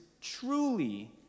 truly